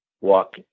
walk